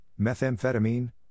methamphetamine